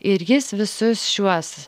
ir jis visus šiuos